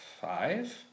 five